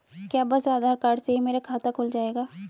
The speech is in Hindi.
क्या बस आधार कार्ड से ही मेरा खाता खुल जाएगा?